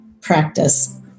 practice